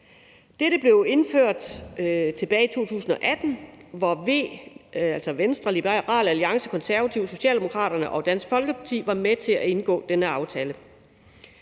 Dette blev indført tilbage i 2018, hvor Venstre, Liberal Alliance, Konservative, Socialdemokraterne og Dansk Folkeparti var med til at indgå denne aftale.